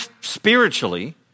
spiritually